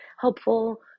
helpful